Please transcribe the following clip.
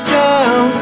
down